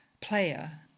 player